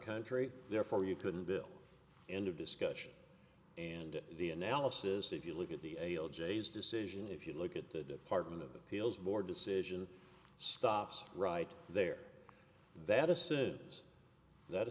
country therefore you couldn't bill end of discussion and the analysis if you look at the ail j s decision if you look at the department of feels more decision stops right there that this is that a